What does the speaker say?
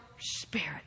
spirit